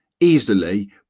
easily